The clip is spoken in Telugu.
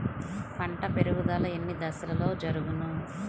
పంట పెరుగుదల ఎన్ని దశలలో జరుగును?